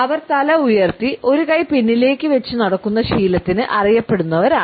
അവർ തല ഉയർത്തി ഒരു കൈ പിന്നിലേക്ക് വെച്ചുനടക്കുന്ന ശീലത്തിന് അറിയാപ്പെടുന്നവരാണ്